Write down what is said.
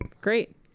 Great